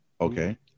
Okay